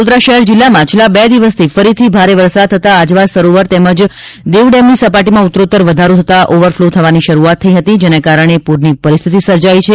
વડોદરા શહેર જિલ્લામાં છેલ્લા બે દિવસથી ફરીથી ભારે વરસાદ થતા આજવા સરોવર તેમજ દેવ ડેમ ની સપાટી માં ઉતરોતર વધારો થતાં ઓવરફલો થવાની શરૂઆત થઇ હતી જેના કારણે ફરી પૂરની પરિસ્થિતિ સર્જાઈ છે